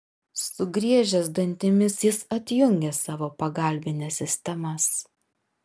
sugriežęs dantimis jis atjungė savo pagalbines sistemas